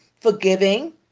forgiving